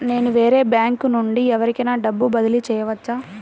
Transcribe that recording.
నేను వేరే బ్యాంకు నుండి ఎవరికైనా డబ్బు బదిలీ చేయవచ్చా?